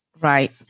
Right